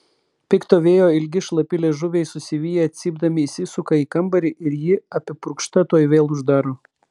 pikto vėjo ilgi šlapi liežuviai susiviję cypdami įsisuka į kambarį ir ji apipurkšta tuoj vėl uždaro